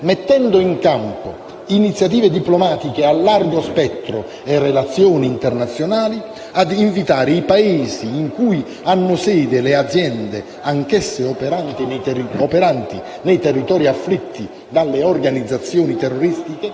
mettendo in campo iniziative diplomatiche a largo spettro e relazioni internazionali, impegna il Governo ad invitare i Paesi dove hanno sede le aziende anch'esse operanti nei territori afflitti dalle organizzazioni terroristiche